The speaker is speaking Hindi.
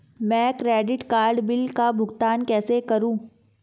मैं क्रेडिट कार्ड बिल का भुगतान कैसे करूं?